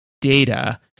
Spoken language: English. data